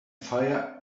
fire